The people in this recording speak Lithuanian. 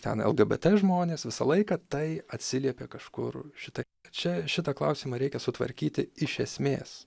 ten lgbt žmonės visą laiką tai atsiliepė kažkur šitai čia šitą klausimą reikia sutvarkyti iš esmės